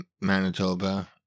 Manitoba